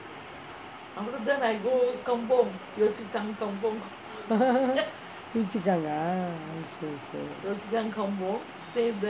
yio chu kang ah okay okay